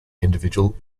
individual